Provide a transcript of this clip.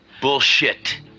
Bullshit